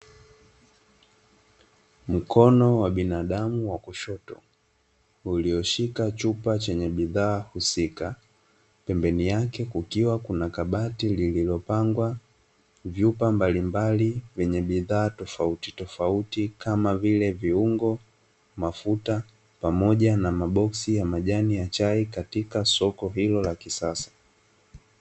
Mkono wa binadamu wa kushoto, ulioshika chupa chenye bidhaa husika. pembeni yake kukiwa kuna kabati lililopangwa vyupa mbalimbali vyenye bidhaa tofautitofauti kama vile: viungo, mafuta pamoja na maboksi ya majani ya chai katika soko hilo la kisasa.